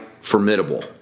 formidable